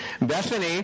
Bethany